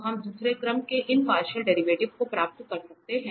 तो हम दूसरे क्रम के इन पार्शियल डेरिवेटिव को प्राप्त कर सकते हैं